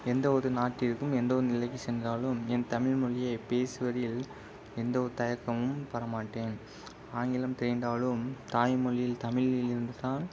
எந்த ஒரு நாட்டிற்கும் எந்த ஒரு நிலைக்கு சென்றாலும் என் தமிழ் மொழியை பேசுவதில் எந்த ஒரு தயக்கமும் பட மாட்டேன் ஆங்கிலம் தெரிந்தாலும் தாய்மொழியில் தமிழில் இருந்து தான்